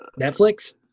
Netflix